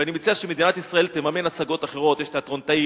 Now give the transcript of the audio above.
ואני מציע שמדינת ישראל תממן הצגות אחרות: יש תיאטרון "תאיר",